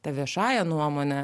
ta viešąja nuomone